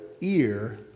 ear